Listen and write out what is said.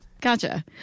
Gotcha